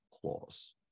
clause